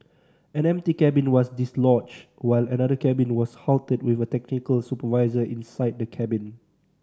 an empty cabin was dislodged while another cabin was halted with a technical supervisor inside the cabin